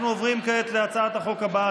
אנחנו עוברים כעת להצעת החוק הבאה,